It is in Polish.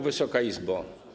Wysoka Izbo!